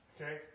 Okay